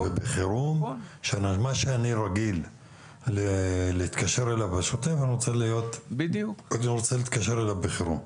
מה שאני רגיל להתקשר אליו בשוטף אני רוצה להתקשר אליו בחירום.